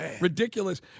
Ridiculous